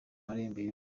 marembera